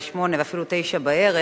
20:00 ואפילו 21:00,